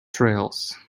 trails